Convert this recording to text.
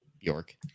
york